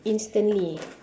instantly